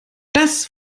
das